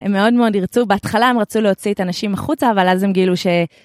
הם מאוד מאוד ירצו. בהתחלה הם רצו להוציא את הנשים מחוצה, אבל אז הם גילו ש...